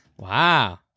Wow